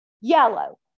Yellow